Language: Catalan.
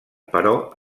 però